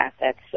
assets